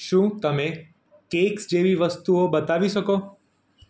શું તમે કેક્સ જેવી વસ્તુઓ બતાવી શકો